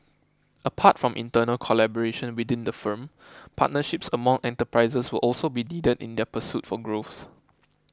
apart from internal collaboration within the firm partnerships among enterprises will also be needed in their pursuit for growth